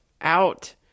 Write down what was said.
Out